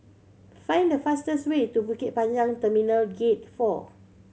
find the fastest way to Pasir Panjang Terminal Gate Four